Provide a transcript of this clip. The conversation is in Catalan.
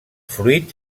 fruit